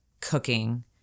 cooking